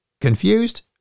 Confused